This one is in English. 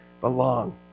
belong